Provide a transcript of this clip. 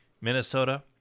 Minnesota